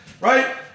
right